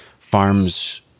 farms